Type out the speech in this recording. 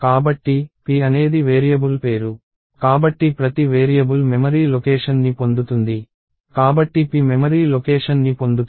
కాబట్టి p అనేది variable పేరు కాబట్టి ప్రతి వేరియబుల్ మెమరీ లొకేషన్ ని పొందుతుంది కాబట్టి p మెమరీ లొకేషన్ ని పొందుతుంది